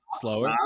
slower